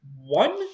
One